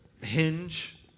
hinge